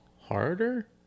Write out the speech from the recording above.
harder